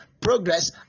Progress